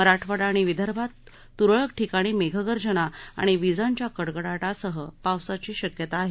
मराठवाडा आणि विदर्भात तुरळक ठिकाणी मेघगर्जना आणि विजांच्या कडकडाटासह पावसाची शक्यता आहे